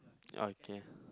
okay